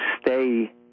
stay